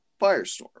firestorm